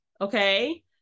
okay